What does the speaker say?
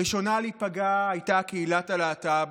הראשונה שהייתה להיפגע הייתה קהילת הלהט"ב,